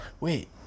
Wait